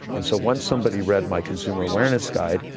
and so once somebody read my consumer awareness guide.